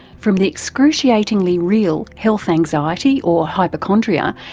from the excruciatingly real health anxiety or hypochondria,